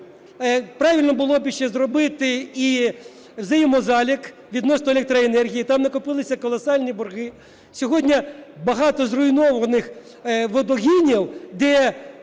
Правильно було б іще зробити і взаємозалік відносно електроенергії, там накопилися колосальні борги. Сьогодні багато зруйнованих водогонів, де